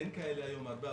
אין כאלה היום הרבה,